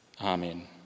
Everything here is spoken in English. Amen